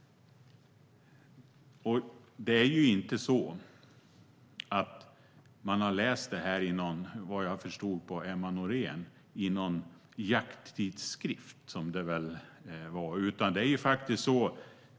Det är ju inte så att vi har läst detta i någon jakttidskrift, som jag förstod det på Emma Nohrén.